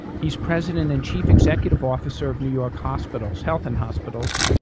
he's president and chief executive officer of new york hospitals, health and hospitals,